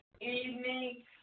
evening